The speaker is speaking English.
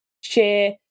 share